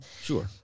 Sure